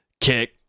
kick